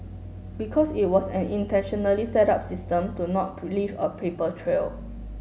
because it was an intentionally set up system to not to leave a paper trail